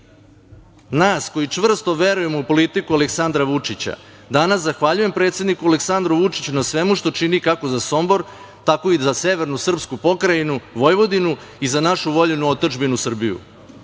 nas koji čvrsto verujemo u politiku Aleksandra Vučića, danas zahvaljujem predsedniku Aleksandru Vučiću na svemu što čini kako za Sombor, tako i za severnu srpsku pokrajinu Vojvodinu i za našu voljenu otadžbinu Srbiju. Ovakav